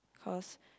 cause